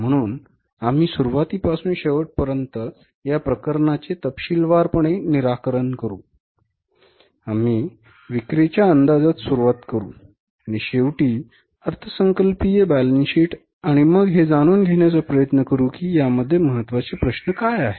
म्हणून आम्ही सुरुवातीपासून शेवटपर्यंत या प्रकरणाचे तपशीलवारपणे निराकरण करू आम्ही विक्रीच्या अंदाजास सुरुवात करू आणि शेवटी अर्थसंकल्पीय बॅलन्स शीट आणि मग हे जाणून घेण्याचा प्रयत्न करू की यामध्ये महत्त्वाचे प्रश्न काय आहेत